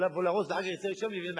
לבוא להרוס ואחר כך יוציא רשיון ויבנה מחדש.